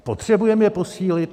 Potřebujeme je posílit?